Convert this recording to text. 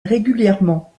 régulièrement